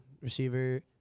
receiver